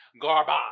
Garbage